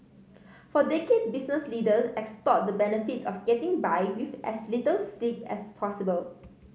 for decades business leaders extolled the benefits of getting by with as little sleep as possible